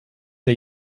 der